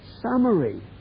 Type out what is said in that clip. summary